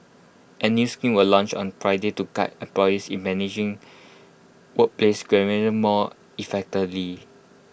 A new scheme was launched on Friday to guide employees in managing workplace grievances more effectively